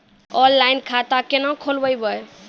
Online खाता केना खोलभैबै?